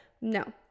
no